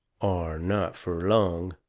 or not fur long.